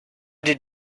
did